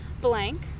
Blank